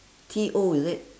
T O is it